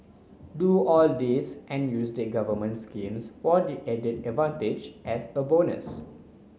do all this and use the government schemes for the added advantage as a bonus